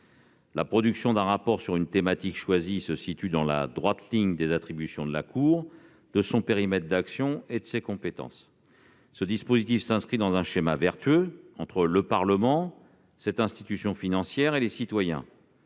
La production d'un rapport sur une thématique choisie se situe dans la droite ligne des attributions de la Cour, de son périmètre d'action et de ses compétences. Ce dispositif s'inscrit dans un schéma vertueux, entre le Parlement, cette institution financière et les citoyens.